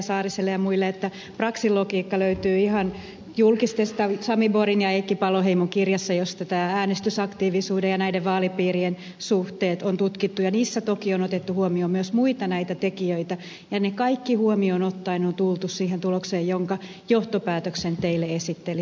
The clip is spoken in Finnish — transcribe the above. saariselle ja muille että braxin logiikka löytyy ihan julkisesta sami borgin ja heikki paloheimon kirjasta jossa äänestysaktiivisuuden ja näiden vaalipiirien suhteet on tutkittu ja siinä toki on otettu huomioon myös muita näitä tekijöitä ja ne kaikki huomioon ottaen on tultu siihen tulokseen jonka johtopäätöksen teille esittelin